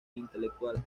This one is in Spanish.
intelectual